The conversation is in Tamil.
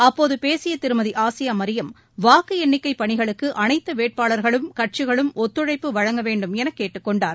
அப்போது பேசிய திருமதி ஆசியா மரியம் வாக்கு எண்ணிக்கை பணிகளுக்கு அனைத்து வேட்பாளர்களும் கட்சிகளும் ஒத்துழைப்பு வழங்க வேண்டுமென கேட்டுக் கொண்டார்